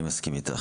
אני מסכים אתך.